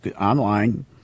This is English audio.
online